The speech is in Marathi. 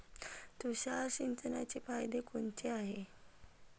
तुषार सिंचनाचे फायदे कोनचे हाये?